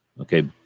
Okay